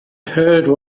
heard